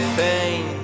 pain